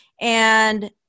And-